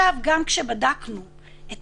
גם כשבדקנו את